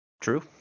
True